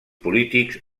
polítics